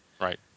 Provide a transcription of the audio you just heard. Right